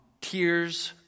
Tears